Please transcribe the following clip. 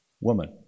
woman